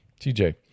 TJ